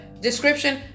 Description